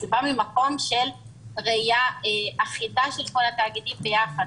זה בא ממקום של ראייה אחידה של כל התאגידים ביחד.